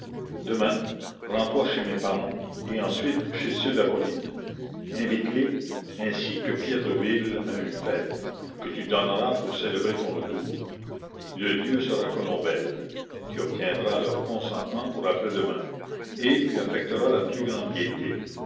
demain rends-toi chez mes parens et ensuite chez ceux d'appoline invite les ainsi que piétreville à une fête que tu donneras pour célébrer ton retour le lieu sera colombelle tu obtiendras leur consentement pour après-demain et tu affecteras la plus grande gaîté